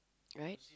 right